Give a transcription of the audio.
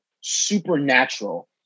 supernatural